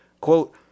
quote